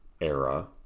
era